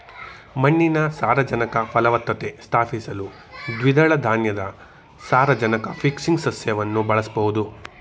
ಮಣ್ಣಿನ ಸಾರಜನಕ ಫಲವತ್ತತೆ ಸ್ಥಾಪಿಸಲು ದ್ವಿದಳ ಧಾನ್ಯದ ಸಾರಜನಕ ಫಿಕ್ಸಿಂಗ್ ಸಸ್ಯವನ್ನು ಬಳಸ್ಬೋದು